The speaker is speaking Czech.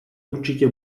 určitě